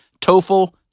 TOEFL